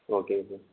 ஓகேங்க சார்